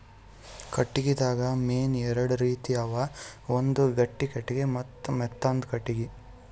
ಕಟ್ಟಿಗಿದಾಗ್ ಮೇನ್ ಎರಡು ರೀತಿ ಅವ ಒಂದ್ ಗಟ್ಟಿ ಕಟ್ಟಿಗಿ ಮತ್ತ್ ಮೆತ್ತಾಂದು ಕಟ್ಟಿಗಿ